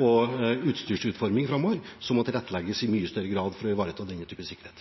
og utstyrsutforming framover, som må tilrettelegges i mye større grad for å ivareta denne typen sikkerhet.